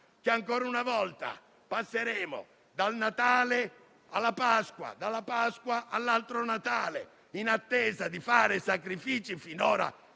che, ancora una volta, passeremo dal Natale alla Pasqua, dalla Pasqua all'altro Natale, continuando con sacrifici inutili